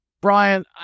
brian